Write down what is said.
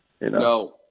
No